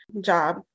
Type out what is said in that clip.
job